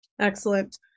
Excellent